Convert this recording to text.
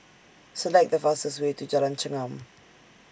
Select The fastest Way to Jalan Chengam